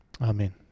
Amen